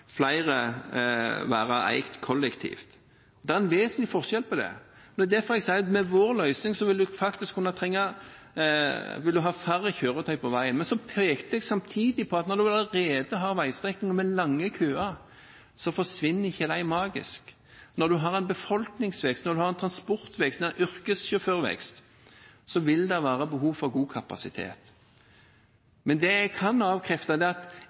flere være eid kollektivt. Det er en vesensforskjell på det. Det er derfor jeg sier at med vår løsning vil du ha færre kjøretøy på veien. Men jeg pekte samtidig på at der en allerede har veistrekninger med lange køer, forsvinner ikke de magisk. Når du har en befolkningsvekst, en transportvekst og en yrkessjåførvekst, vil det være behov for god kapasitet. Men det jeg kan avkrefte, er at E18 ikke er et 16-felts motorveiprosjekt, sånn som byrådet Raymond Johansen har gitt inntrykk av at det er.